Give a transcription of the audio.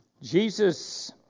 Jesus